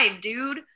dude